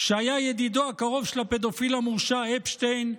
שהיה ידידו הקרוב של הפדופיל המורשע אפשטיין,